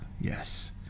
yes